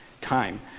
time